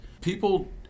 people